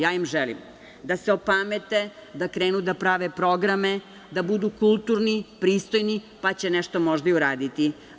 Ja im želim da se opamete, da krenu da prave programe, da budu kulturni, pristojni, pa će nešto možda i uraditi.